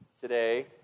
Today